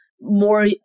more